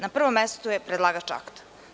Na prvom mestu je predlagač akta.